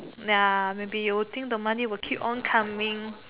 ya maybe you will think the money will keep on coming